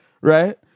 right